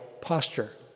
posture